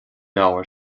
leabhar